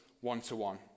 one-to-one